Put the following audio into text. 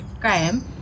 Graham